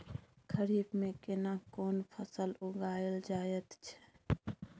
खरीफ में केना कोन फसल उगायल जायत छै?